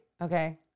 Okay